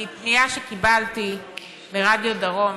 מפנייה שקיבלתי ברדיו דרום,